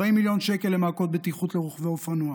למעקות בטיחות לרוכבי אופנוע,